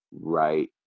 right